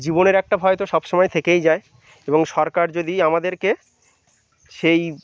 জীবনের একটা ভয় তো সবসময় থেকেই যায় এবং সরকার যদি আমাদেরকে সেই